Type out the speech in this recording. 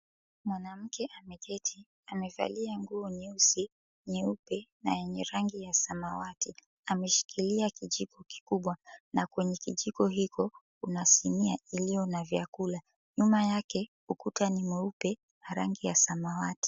Mwanamke ameketi amevalia nguo nyeusi, nyeupe na yenye rangi ya samawati ameshikilia kijiko kikubwa na kwenye kijiko hiko kuna sinia iliyo na vyakula, nyuma yake ukuta ni mweupe na rangi ya samawati.